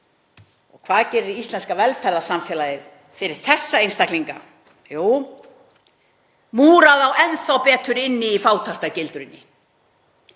Og hvað gerir íslenska velferðarsamfélagið fyrir þessa einstaklinga? Jú, múrar þá enn þá betur inni í fátæktargildrunni.